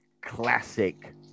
classic